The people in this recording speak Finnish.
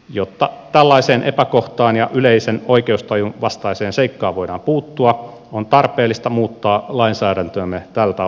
jotta tällaiseen epäkohtaan ja yleisen oikeustajun vastaiseen seikkaan voidaan puuttua on tarpeellista muuttaa lainsäädäntöämme tältä osin